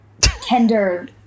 tender